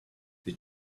they